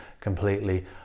completely